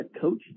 coach